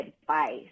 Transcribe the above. advice